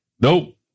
nope